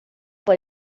por